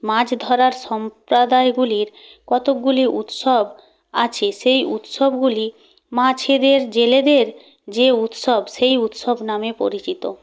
মাছ ধরার সম্প্রাদায়গুলির কতকগুলি উৎসব আছে সেই উৎসবগুলি মাছেদের জেলেদের যে উৎসব সেই উৎসব নামে পরিচিত